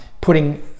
putting